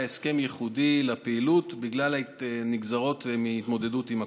הסכם ייחודי לפעילות בגלל נגזרות ההתמודדות עם הקורונה.